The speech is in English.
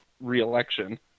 reelection